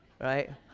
Right